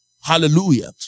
hallelujah